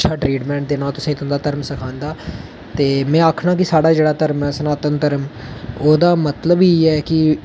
अच्छा ट्रीटमैंट देना ओह् तुसेंगी तुं'दा धर्म सखांदा ते में आखना कि साढ़ा जेह्ड़ा धर्म ऐ सनातन धर्म ओह्दा मतलब ही इ'यै ऐ कि